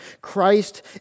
Christ